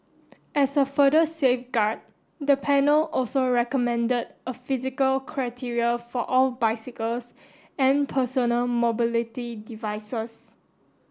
as a further safeguard the panel also recommended a physical criteria for all bicycles and personal mobility devices